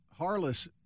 Harless